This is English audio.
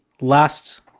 last